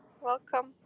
Welcome